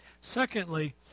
Secondly